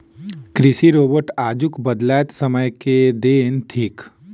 कृषि रोबोट आजुक बदलैत समय के देन थीक